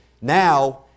now